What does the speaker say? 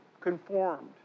conformed